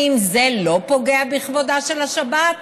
האם זה לא פוגע בכבודה של השבת?